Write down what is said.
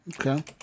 Okay